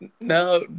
No